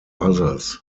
others